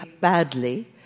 badly